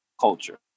culture